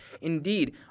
Indeed